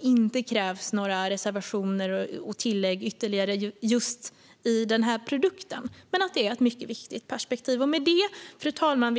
inte krävs några reservationer eller ytterligare tillägg i just denna produkt men att det är ett mycket viktigt perspektiv. Fru talman!